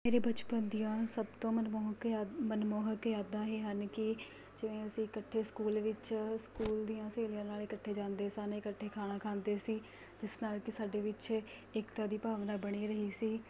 ਮੇਰੇ ਬਚਪਨ ਦੀਆਂ ਸਭ ਤੋਂ ਮਨਮੋਹਕ ਯਾਦ ਮਨਮੋਹਕ ਯਾਦਾਂ ਇਹ ਹਨ ਕਿ ਜਿਵੇਂ ਅਸੀਂ ਇਕੱਠੇ ਸਕੂਲ ਵਿੱਚ ਸਕੂਲ ਦੀਆਂ ਸਹੇਲੀਆਂ ਨਾਲ ਇਕੱਠੇ ਜਾਂਦੇ ਸਨ ਇਕੱਠੇ ਖਾਣਾ ਖਾਂਦੇ ਸੀ ਜਿਸ ਨਾਲ ਕਿ ਸਾਡੇ ਵਿੱਚ ਏਕਤਾ ਦੀ ਭਾਵਨਾ ਬਣੀ ਰਹੀ ਸੀ